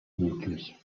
möglich